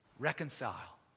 Reconcile